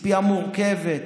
ציפייה מורכבת,